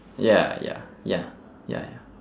ya ya ya ya ya